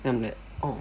then I'm like oh